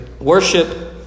Worship